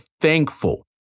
thankful